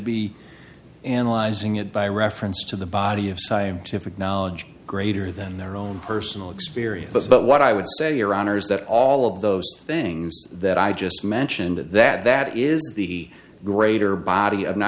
be analyzing it by reference to the body of scientific knowledge greater than their own personal experiences but what i would say your honors that all of those things that i just mentioned that that is the greater body and i